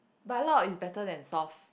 but loud is better than soft